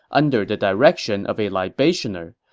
under the direction of a libationer.